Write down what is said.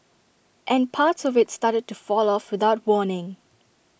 and parts of IT started to fall off without warning